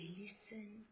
listen